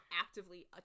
actively